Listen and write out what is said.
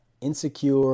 insecure